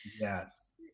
yes